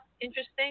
interesting